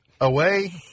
away